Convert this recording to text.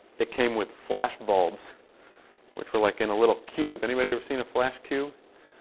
it came with flashbulbs which were like in a little cube. anybody ever seen a flash cube?